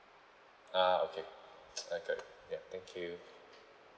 ah okay I got it ya thank you